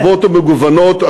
המשימות שלנו הן רבות ומגוונות,